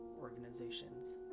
organizations